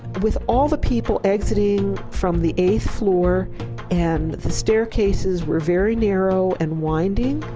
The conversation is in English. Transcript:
with all the people exiting from the eighth floor and the staircases were very narrow and winding,